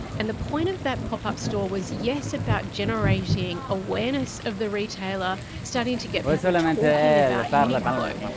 and the point of that pop-up store was, yes, about generating awareness of the retailer, starting to get people talking about uniqlo,